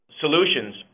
solutions